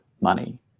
money